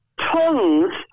tons